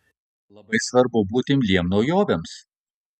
labai svarbu būti imliems naujovėms